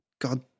God